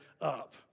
up